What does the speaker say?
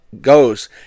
goes